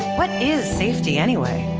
what is safety anyway?